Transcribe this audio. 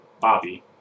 Bobby